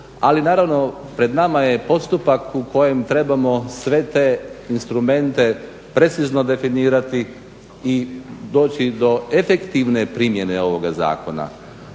ali naravno pred nama je postupak u kojem trebamo sve te instrumente precizno definirati i doći do efektivne primjene ovoga zakona.